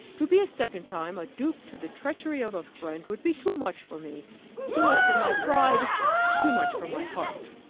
to be a second time a dupe to the treachery of a friend would be too much for me too much for my pride too much for my heart.